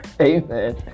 Amen